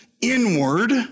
inward